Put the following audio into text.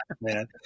man